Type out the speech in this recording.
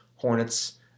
Hornets